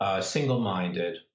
single-minded